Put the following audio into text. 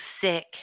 sick